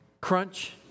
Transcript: crunch